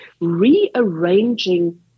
rearranging